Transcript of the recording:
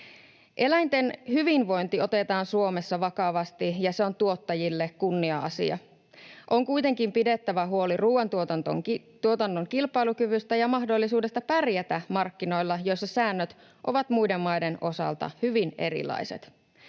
Eläinten hyvinvointi otetaan Suomessa vakavasti, ja se on tuottajille kunnia-asia. On kuitenkin pidettävä huoli ruuantuotannon kilpailukyvystä ja mahdollisuudesta pärjätä markkinoilla, joissa säännöt ovat muiden maiden osalta hyvin erilaiset.